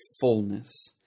fullness